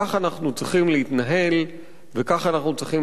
כך אנחנו צריכים להתנהל וכך אנחנו צריכים